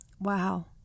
Wow